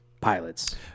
pilots